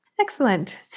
Excellent